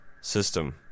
system